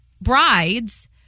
brides